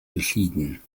geschieden